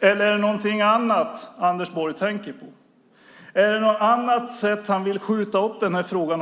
eller är det någonting annat Anders Borg tänker på? Är vägran att svara på frågan ett annat sätt att skjuta upp frågan?